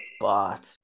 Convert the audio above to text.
spot